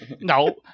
No